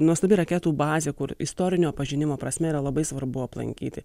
nuostabi raketų bazė kur istorinio pažinimo prasme yra labai svarbu aplankyti